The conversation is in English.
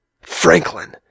Franklin